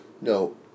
No